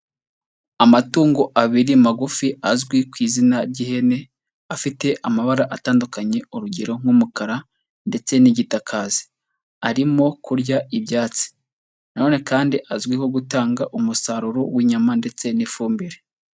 Amatungo abiri magufi azwi ku izina ry'ihene, afite amabara atandukanye urugero nk'umukara ndetse n'igitakazi, arimo kurya ibyatsi na none kandi azwiho gutanga umusaruro w'inyama ndetse n'ifumbire.